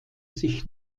sich